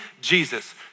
Jesus